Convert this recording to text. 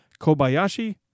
Kobayashi